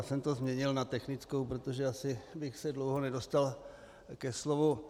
Já jsem to změnil na technickou, protože asi bych se dlouho nedostal ke slovu.